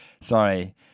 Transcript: Sorry